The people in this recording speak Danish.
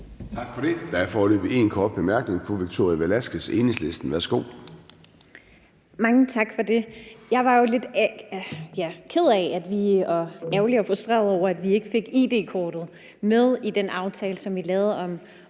Tak for det. Der er foreløbig én kort bemærkning. Fru Victoria Velasquez, Enhedslisten. Værsgo. Kl. 10:56 Victoria Velasquez (EL): Mange tak for det. Jeg var jo lidt ked af og ærgerlig og frustreret over, at vi ikke fik id-kortet med i den aftale, som vi lavede om